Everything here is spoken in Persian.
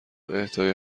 اهدای